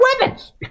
weapons